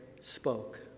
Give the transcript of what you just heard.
spoke